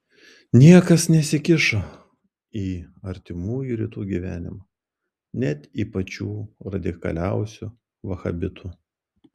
niekas nesikišo į artimųjų rytų gyvenimą net į pačių radikaliausių vahabitų